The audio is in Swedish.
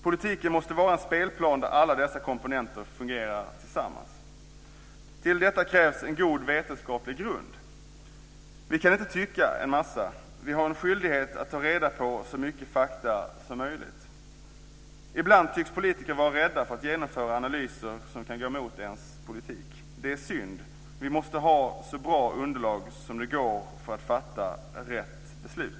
Politiken måste vara en spelplan där alla dessa komponenter fungerar tillsammans. Till detta krävs en god vetenskaplig grund. Vi kan inte tycka en massa. Vi har en skyldighet att ta reda på så mycket fakta som möjligt. Ibland tycks politiker vara rädda för att genomföra analyser som kan gå emot deras politik. Det är synd. Vi måste ha så bra underlag som det går för att fatta rätt beslut.